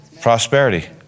Prosperity